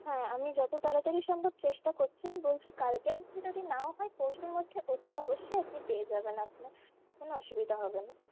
হ্যাঁ আমি যত তাড়াতাড়ি সম্ভব চেষ্টা করছি আমি বলছি কালকের মধ্যে যদি নাও হয় পরশুর মধ্যে অতি অবশ্যই আপনি পেয়ে যাবেন আপনার কোনো অসুবিধা হবে না